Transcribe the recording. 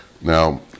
Now